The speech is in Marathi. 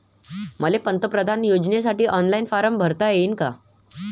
मले पंतप्रधान योजनेसाठी ऑनलाईन फारम भरता येईन का?